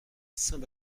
saint